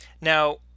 Now